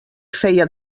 feia